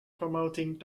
promoting